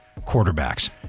quarterbacks